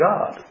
God